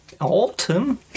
Autumn